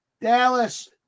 Dallas